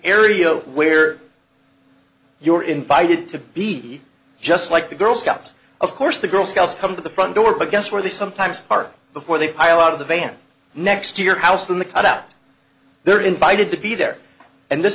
area where you were invited to be just like the girl scouts of course the girl scouts come to the front door but guess where they sometimes park before the iowa out of the van next to your house than the cut out they're invited to be there and this